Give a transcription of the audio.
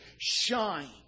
shine